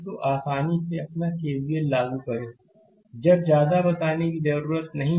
तो आसानी से अपना केवीएल लागू करें अब ज्यादा बताने की जरूरत नहीं है